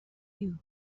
you